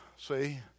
see